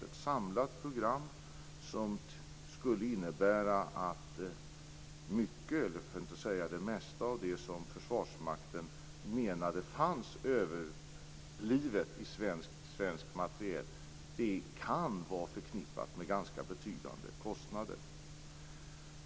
Ett samlat program, som skulle innefatta det mesta av det som Försvarsmakten menade fanns överblivet i svensk materiel, kan vara förknippat med ganska betydande kostnader.